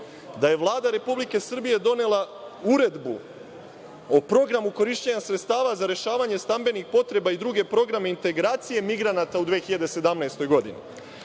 da je Vlada Republike Srbije donela uredbu o programu korišćenja sredstava za rešavanje stambenih potreba i druge programe integracije migranata u 2017. godini,